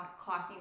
clocking